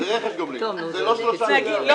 זה רכש גומלין, זה לא 3 מיליארד.